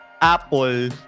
Apple